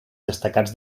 destacats